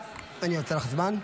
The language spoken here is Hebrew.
אני עוצר לך את הזמן.